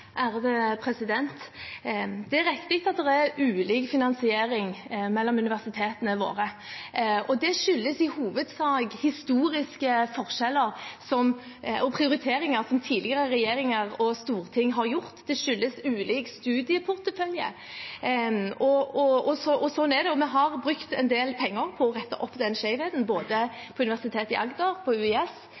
Det er riktig at det er ulik finansiering mellom universitetene våre. Det skyldes i hovedsak historiske forskjeller og prioriteringer som tidligere regjeringer og storting har gjort. Det skyldes ulik studieportefølje, og sånn er det jo. Vi har brukt en del penger på å rette opp den skjevheten, både på Universitet i Agder, på